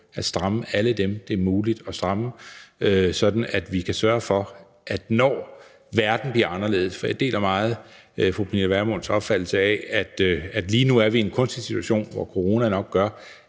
at stramme alle dem, som det er muligt at stramme, sådan at vi, når verden bliver anderledes – for jeg deler meget fru Pernille Vermunds opfattelse af, at vi lige nu er i en kunstig situation, hvor coronaen nok gør,